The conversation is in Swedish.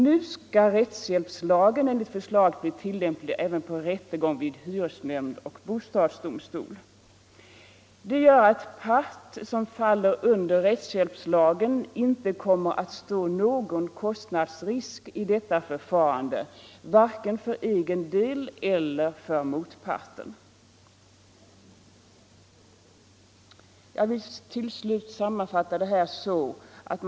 Nu skall rättshjälpslagen enligt förslaget bli tillämplig även på rättegång vid hyresnämnd och bostadsdomstol. Detta gör att part, på vilken rättshjälpslagen är tillämplig, inte kommer att stå någon kostnadsrisk i detta förfarande, varken för egen del eller för motpartens del. Låt mig till sist sammanfatta vad jag har sagt.